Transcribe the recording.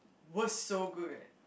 what's so good